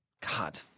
God